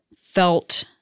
felt